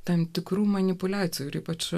tam tikrų manipuliacijų ypač